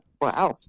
wow